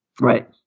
Right